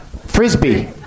frisbee